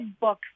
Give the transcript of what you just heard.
book